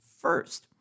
first